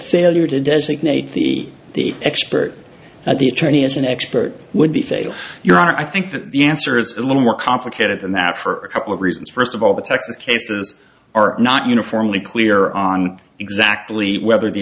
failure to designate the the expert at the attorney as an expert would be fail your honor i think that the answer is a little more complicated than that for a couple of reasons first of all the texas cases are not uniformly clear on exactly whether the